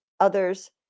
others